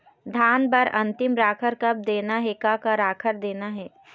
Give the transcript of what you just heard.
धान बर अन्तिम राखर कब देना हे, का का राखर देना हे?